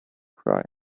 cry